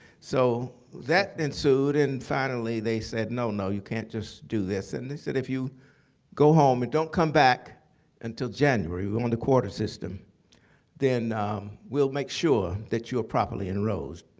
so that ensued, and finally they said no, no, you can't just do this. and they said, if you go home and don't come back until january we're on the quarter system then we'll make sure that you are properly enrolled.